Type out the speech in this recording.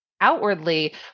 outwardly